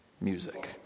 music